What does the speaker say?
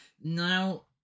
Now